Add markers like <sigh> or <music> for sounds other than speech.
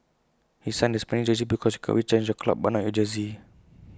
he signed the Spanish jersey because you can always change your club but not your <unintelligible>